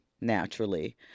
naturally